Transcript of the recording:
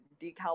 decal